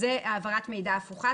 זו העברת מידע הפוכה.